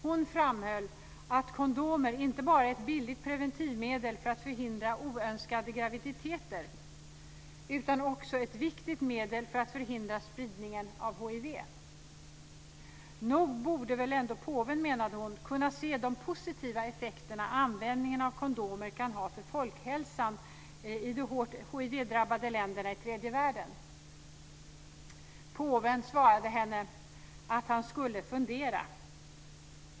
Hon framhöll att kondom inte bara är ett billigt preventivmedel för att förhindra oönskade graviditeter utan också är ett viktigt medel för att förhindra spridningen av hiv. Hon menade att nog borde väl ändå påven kunna se de positiva effekter som användningen av kondomer kan ha för folkhälsan i de hårt hivdrabbade länderna i tredje världen. Påven svarade henne att han skulle fundera.